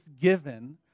given